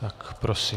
Tak prosím.